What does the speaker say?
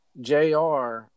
Jr